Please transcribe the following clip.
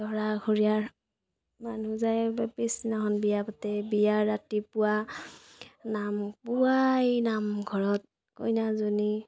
দৰাঘৰীয়াৰ মানুহ যায় পিছদিনাখন বিয়া পাতে বিয়াৰ ৰাতিপুৱা নাম পুৱাই নামঘৰত কইনাজনী